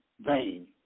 vain